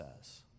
says